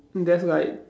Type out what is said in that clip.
there's like